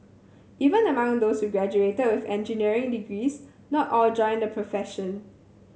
even among those who graduated with engineering degrees not all joined the profession